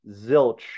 zilch